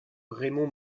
raymond